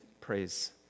praise